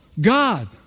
God